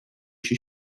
się